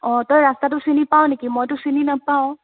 অ' তই ৰাস্তাটো চিনি পাৱ নেকি মইটো চিনি নাপাওঁ